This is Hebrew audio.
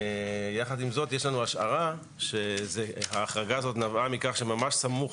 יש לנו השערה שההחרגה הזאת נבעה מכך שממש סמוך